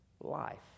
Life